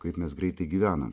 kaip mes greitai gyvenam